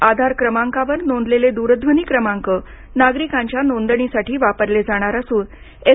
आधार क्रमांकावर नोंदलेले दूरध्वनी क्रमांक नागरिकांच्या नोंदणीसाठी वापरले जाणार असून एस